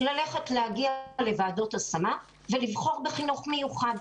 להגיע לוועדות השמה ולבחור בחינוך מיוחד: